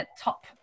top